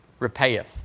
repayeth